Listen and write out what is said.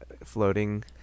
floating